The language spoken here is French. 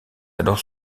alors